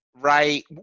right